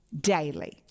daily